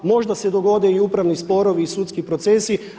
Možda se dogode i upravni sporovi i sudski procesi.